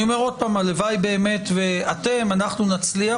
אני אומר שוב הלוואי שאתם ואנחנו נצליח